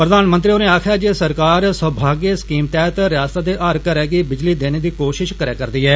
प्रधानमंत्री होरें आक्खेआ जे सरकार सौभाग्य स्कीम तैहत रियासता दे हर घरै गी बिजली देने दी कोशिश करै करदी ऐ